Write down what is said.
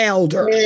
Elder